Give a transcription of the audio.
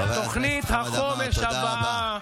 תוכנית החומש הבאה.